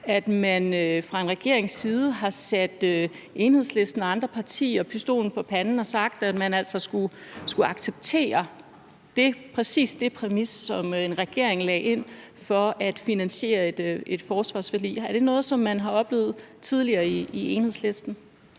altså at en regering har sat Enhedslisten og andre partier pistolen for panden og sagt, at man altså skulle acceptere præcis den præmis, som regeringen lagde ind for at finansiere et forsvarsforlig? Er det noget, som man har oplevet tidligere i Enhedslisten?